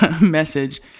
message